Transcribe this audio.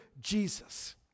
Jesus